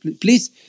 please